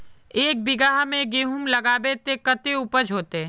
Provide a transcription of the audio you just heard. एक बिगहा में गेहूम लगाइबे ते कते उपज होते?